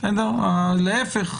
אלא להיפך,